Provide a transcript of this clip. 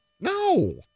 No